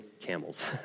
camels